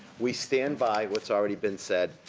we stand by what's already been said,